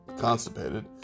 constipated